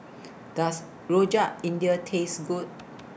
Does Rojak India Taste Good